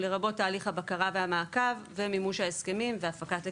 לרבות תהליך הבקרה והמעקב ומימוש ההסכמים והפקת לקחים.